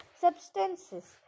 substances